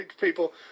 People